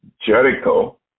Jericho